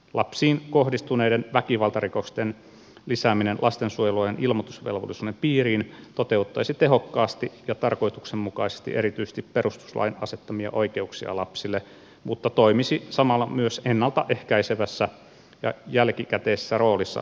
lapsiin kohdistuneiden väkivaltarikosten lisääminen lastensuojelulain ilmoitusvelvollisuuden piiriin toteuttaisi tehokkaasti ja tarkoituksenmukaisesti erityisesti perustuslain asettamia oikeuksia lapsille mutta toimisi samalla myös ennalta ehkäisevässä ja jälkikäteisessä roolissa lastensuojelun alueella